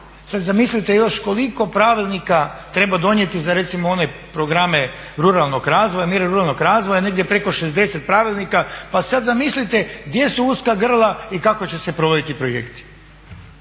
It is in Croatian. Sad zamislite još koliko pravilnika treba donijeti za recimo one programe ruralnog razvoja, mjere ruralnog razvoja negdje preko 60 pravilnika, pa sad zamislite gdje su uska grla i kako će se provoditi projekti.